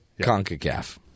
CONCACAF